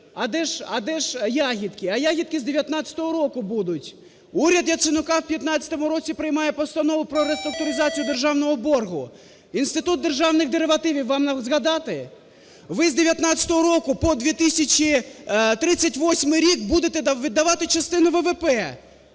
а де ж ягідки? А ягідки з 2019 року будуть. Уряд Яценюка у 2015 році приймає Постанову про реструктуризацію державного боргу. Інститут державних деривативів вам згадати? Ви з 2019 року по 2038 рік будете віддавати частину ВВП.